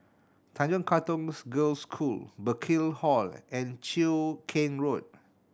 Tanjong Katong Girls' School Burkill Hall and Cheow Keng Road